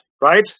right